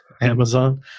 Amazon